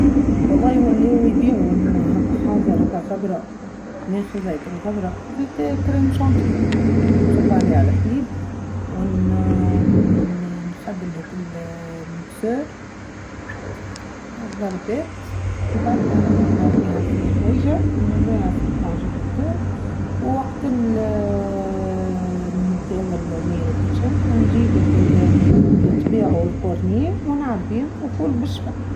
والله يولوا يبيعوا هكا حاظر هكا غبرة ناخذ هكا الغبرة وكل كريم شانتي ونصب عليها الحليب ونخدم هكا المكسر ونضربات وبعدنا نرميها في حويجة ونرميها في الكونجيلاتور ووقت اااا نبدأ ااااا ملمومين وكل شي نجيب هكا الاتباع والكورني ونعبيه وكل بشفاء.